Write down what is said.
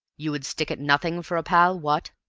you would stick at nothing for a pal what?